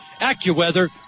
AccuWeather